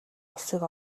улсыг